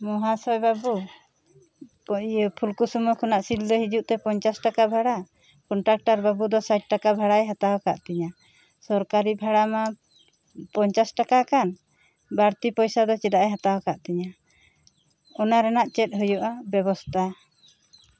ᱢᱚᱦᱟᱥᱚᱭ ᱵᱟ ᱵᱩ ᱤᱭᱟ ᱯᱷᱩᱞᱠᱩᱥᱢᱟ ᱠᱷᱚᱱᱟᱜ ᱥᱤᱞᱫᱟ ᱦᱤᱡᱩᱜ ᱛᱮ ᱯᱚᱱᱪᱟᱥ ᱴᱟᱠᱟ ᱵᱷᱟᱲᱟ ᱠᱚᱱᱴᱟᱠᱴᱟᱨ ᱵᱟ ᱵᱩ ᱫᱚ ᱥᱟᱴ ᱴᱟᱠᱟ ᱵᱷᱟᱲᱟᱭ ᱦᱟᱛᱟᱣ ᱟᱠᱟᱜ ᱛᱤᱧᱟᱹ ᱥᱚᱨᱠᱟᱨᱤ ᱵᱷᱟᱲᱟ ᱢᱟ ᱯᱚᱱᱪᱟᱥ ᱴᱟᱠᱟ ᱠᱟᱱ ᱵᱟ ᱲᱛᱤ ᱯᱚᱭᱥᱟ ᱫᱚ ᱪᱮᱫᱟᱜ ᱮ ᱦᱟᱛᱟᱣ ᱟᱠᱟᱜ ᱛᱤᱧᱟᱹ ᱚᱱᱟ ᱨᱮᱱᱟᱜ ᱪᱮᱫ ᱦᱩᱭᱩᱜᱼᱟ ᱵᱮᱵᱚᱥᱛᱟ